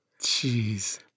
Jeez